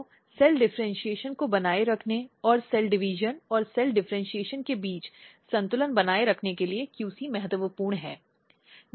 तो cell differentiation को बनाए रखने और सेल डिवीज़न और सेल डिफ़र्इन्शीएशन के बीच संतुलन बनाए रखने के लिए QC महत्वपूर्ण है